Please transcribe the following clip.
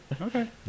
okay